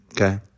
Okay